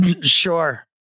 Sure